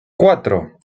cuatro